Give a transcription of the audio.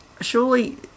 surely